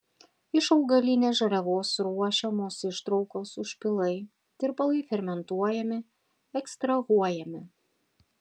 iš augalinės žaliavos ruošiamos ištraukos užpilai tirpalai fermentuojami ekstrahuojami